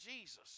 Jesus